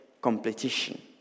competition